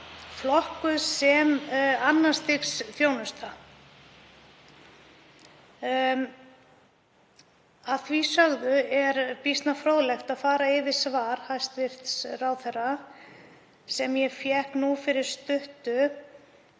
flokkuð sem annars stigs þjónusta. Að því sögðu er býsna fróðlegt að fara yfir svar hæstv. ráðherra sem ég fékk nú fyrir stuttu